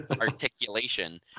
Articulation